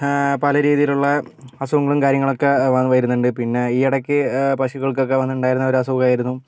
പല രീതിയിലുള്ള അസുഖങ്ങളും കാര്യങ്ങളൊക്കെ വരുന്നുണ്ട് പിന്നെ ഈ ഇടയ്ക്ക് പശുക്കൾക്കൊക്കെ വന്നിട്ടുണ്ടായിരുന്ന ഒരു അസുഖമായിരുന്നു